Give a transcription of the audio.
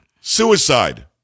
Suicide